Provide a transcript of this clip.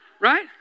Right